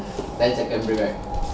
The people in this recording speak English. ten seconds break right